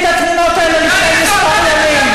אני ראיתי את התמונות האלה לפני מספר ימים.